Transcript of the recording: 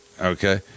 okay